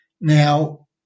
Now